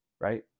right